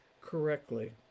correctly